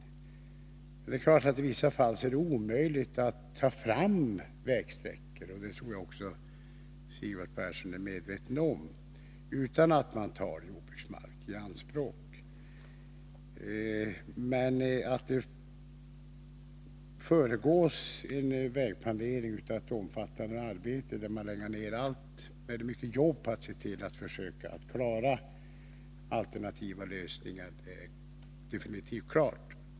Naturligtvis är det i vissa fall omöjligt att ta fram vägsträckor utan att ta jordbruksmark i anspråk — och det tror jag att också Sigvard Persson är medveten om — men att en vägplanering föregås av ett omfattande arbete, där man lägger ned mycken möda för att försöka finna alternativa lösningar, är definitivt klart.